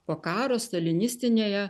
po karo stalinistinėje